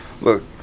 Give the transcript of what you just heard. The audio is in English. Look